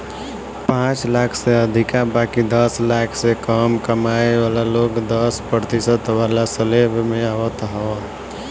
पांच लाख से अधिका बाकी दस लाख से कम कमाए वाला लोग दस प्रतिशत वाला स्लेब में आवत हवन